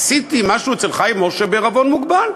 עשיתי משהו אצל חיים משה בעירבון מוגבל.